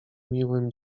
miłym